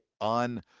on